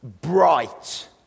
Bright